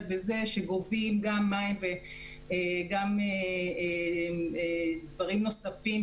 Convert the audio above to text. בזה שגובים גם מים וגם צרכים בסיסיים אחרים